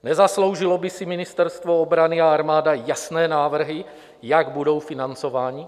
Nezasloužilo by si Ministerstvo obrany a armáda jasné návrhy, jak budou financovány?